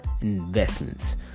investments